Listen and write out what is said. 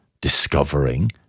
discovering